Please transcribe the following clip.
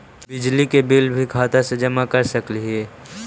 बिजली के बिल भी खाता से जमा कर सकली ही?